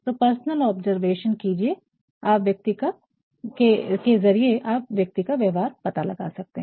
तो personal observation के ज़रिये आप व्यक्ति का व्यवहार पता लगा सकते हैं